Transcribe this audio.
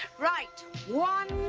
right. one,